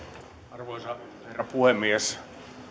arvoisa herra puhemies